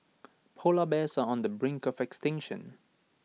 Polar Bears are on the brink of extinction